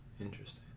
Interesting